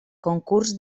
concurs